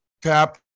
Tap